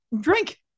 drink